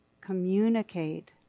communicate